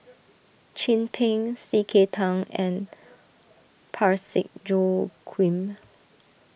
Chin Peng C K Tang and Parsick Joaquim